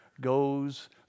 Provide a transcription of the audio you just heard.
goes